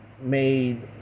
made